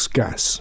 gas